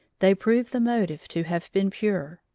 they prove the motive to have been pure,